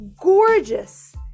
gorgeous